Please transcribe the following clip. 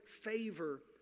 favor